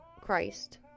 Christ